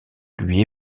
lui